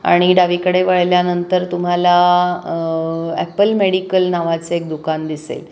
आणि डावीकडे वळल्यानंतर तुम्हाला ॲपल मेडिकल नावाचं एक दुकान दिसेल